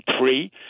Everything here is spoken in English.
three